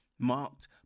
Marked